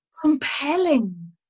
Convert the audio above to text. compelling